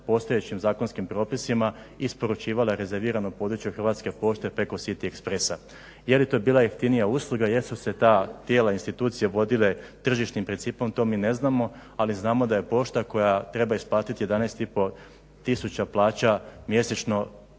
postojećim zakonskim propisima i isporučivala rezervirano područje Hrvatske pošte preko City expressa. Jeli to bila jeftinija usluga, jel su se ta tijela institucije vodile tržišnim principom, to mi ne znamo ali znamo da je pošta koja treba isplatiti 11,5 tisuća plaća mjesečno